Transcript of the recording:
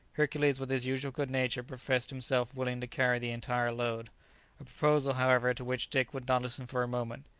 hercules with his usual good nature professed himself willing to carry the entire load a proposal, however, to which dick would not listen for a moment.